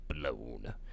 blown